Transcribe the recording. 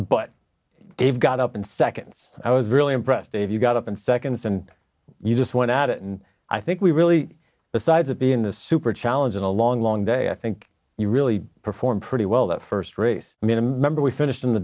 but they've got up and seconds i was really impressed if you got up and seconds and you just went at it and i think we really decided to be in the super challenge in a long long day i think you really perform pretty well that first race i mean a member we finished in the